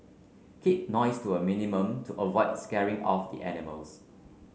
keep noise to a minimum to avoid scaring off the animals